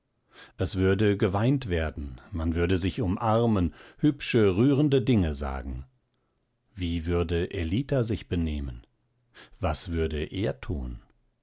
es würde geweint werden man würde sich umarmen hübsche rührende dinge sagen wie würde ellita sich benehmen was würde er tun